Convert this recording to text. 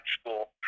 school